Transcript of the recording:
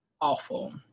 awful